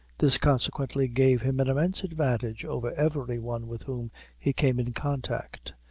this consequently gave him an immense advantage over every one with whom he came in contact,